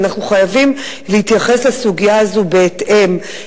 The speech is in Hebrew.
אנחנו חייבים להתייחס לסוגיה הזאת בהתאם.